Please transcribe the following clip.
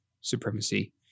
Supremacy